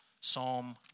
Psalm